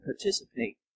participate